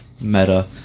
Meta